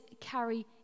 carry